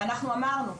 אנחנו אמרנו,